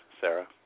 Sarah